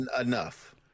Enough